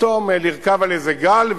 פתאום לרכוב על איזה גל,